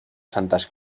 santes